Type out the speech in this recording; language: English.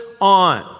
on